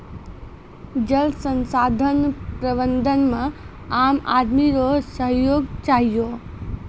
जल संसाधन प्रबंधन मे आम आदमी रो सहयोग चहियो